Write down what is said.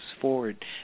forward